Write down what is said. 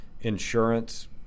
insurance